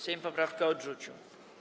Sejm poprawkę odrzucił.